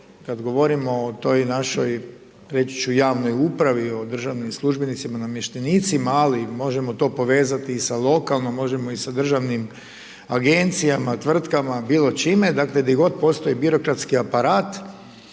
kada govorimo o toj našoj reći ću, javnoj upravi o državnim službenicima, namještenicima, ali možemo to povezati i sa lokalnom, možemo i sa državnom agencijama, tvrtkama, bilo čime, dakle, gdje god postoji birokratski aparat,